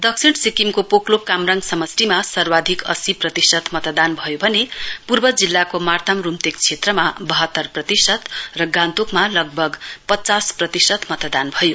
दक्षिण सिक्किमको पोकलोक कामराङ समष्टिमा सर्वाधिक अस्सी प्रतिशत मतदान भयो भने पूर्व जिल्लाको मार्ताम रूम्तेक क्षेत्रमा लगभग बहत्तर प्रतिशत र गान्तोकमा पचास प्रतिशत मतदान भयो